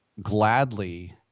gladly